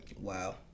Wow